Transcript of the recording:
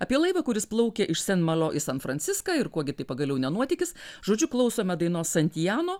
apie laivą kuris plaukė iš sen malio į san franciską ir kuo gi tai pagaliau ne nuotykis žodžiu klausome dainos santjano